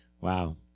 Wow